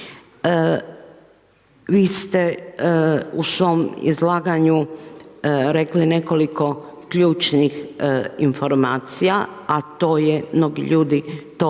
Vi ste u svom izlaganju rekli nekoliko ključnih informacija a to je, mnogi ljudi to